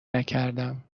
نکردم